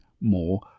more